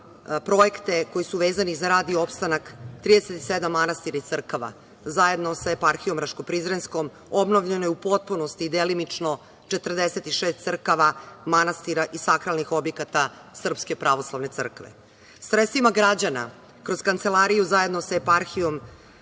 projekte koji su vezani za rad i opstanak 37 manastira i crkava, zajedno sa Eparhijom Raško-prizrenskom, obnovljeno je u potpunosti i delimično 46 crkava, manastira i sakralnih objekata SPC. Sredstvima građana kroz Kancelariju zajedno sa Eparhijom